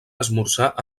esmorzar